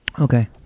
Okay